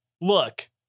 look